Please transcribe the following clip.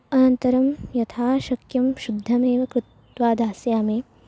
अनन्तरं यथाशक्यं शुद्धमेव कृत्वा दास्यामि